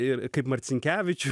ir kaip marcinkevičių